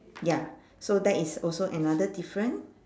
ya so that is also another different